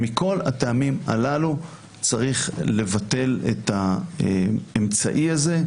מכל הטעמים הללו צריך לבטל את האמצעי הזה.